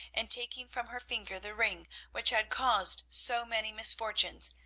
and, taking from her finger the ring which had caused so many misfortunes,